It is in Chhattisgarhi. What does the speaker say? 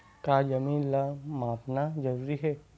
का जमीन ला मापना जरूरी हे?